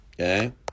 Okay